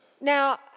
Now